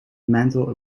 mental